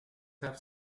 have